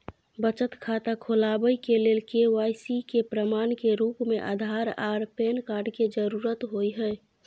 बचत खाता खोलाबय के लेल के.वाइ.सी के प्रमाण के रूप में आधार आर पैन कार्ड के जरुरत होय हय